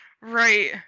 Right